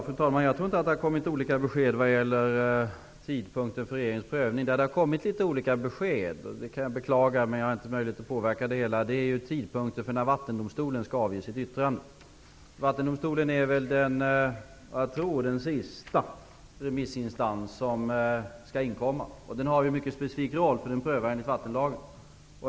Fru talman! Jag tror inte att det har kommit olika besked när det gäller tidpunkten för regeringens prövning. Men det har kommit litet olika besked -- vilket jag beklagar, men som jag inte har möjlighet att påverka -- om tidpunkten för när Vattendomstolen skall avge sitt yttrande. Jag tror att det är Vattendomstolen som är den sista remissinstans som skall inkomma med ett yttrande. Vattendomstolen har en mycket specifik roll, eftersom den har att pröva enligt vattenlagen.